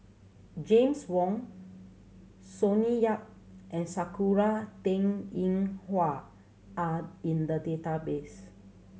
James Wong Sonny Yap and Sakura Teng Ying Hua are in the database